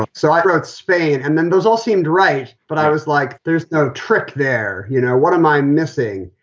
so i brought spain and then those all seemed right. but i was like, there's no trick there. you know, what am i missing?